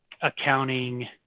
accounting